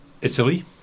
Italy